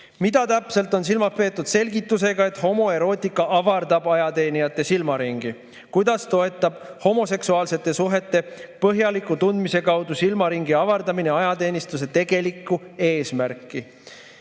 Mida täpselt on silmas peetud selgitusega, et homoerootika avardab ajateenijate silmaringi? Kuidas toetab homoseksuaalsete suhete põhjaliku tundmise abil silmaringi avardamine ajateenistuse tegelikku eesmärki?